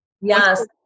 Yes